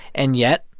and yet,